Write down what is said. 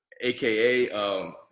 aka